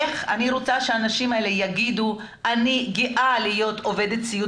אני רוצה שהאנשים האלה יגידו שהם גאים להיות עובדי סיעוד